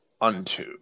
Unto